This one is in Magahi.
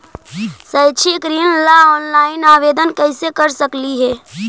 शैक्षिक ऋण ला ऑनलाइन आवेदन कैसे कर सकली हे?